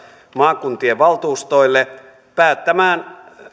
maakuntien valtuustoille